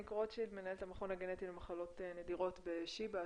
רוטשילד, מנהלת המכון הגנטי למחלות נדירות בשיבא.